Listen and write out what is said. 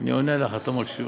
אני עונה לך, את לא מקשיבה.